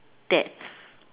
death